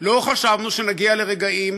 לא חשבנו שנגיע לרגעים